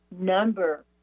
number